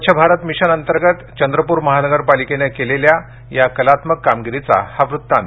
स्वच्छ भारत मिशन अंतर्गत चंद्रपूर महानगरपालिकेनं केलेल्या या कलात्मक कामगिरीचा हा वृत्तांत